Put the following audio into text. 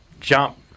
jump